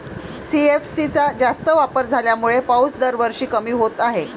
CFC चा जास्त वापर झाल्यामुळे पाऊस दरवर्षी कमी होत आहे